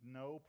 no